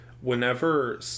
whenever